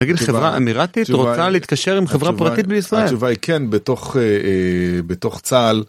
נגיד חברה אמירתית רוצה להתקשר עם חברה פרטית בישראל. התשובה היא כן בתוך צה״ל.